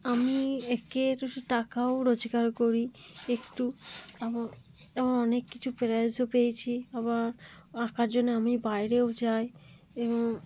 আমি এঁকে টাকাও রোজগার করি একটু এবং অনেক কিছু প্রাইজও পেয়েছি আবার আঁকার জন্যে আমি বাইরেও যাই এবং